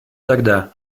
тогда